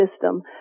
system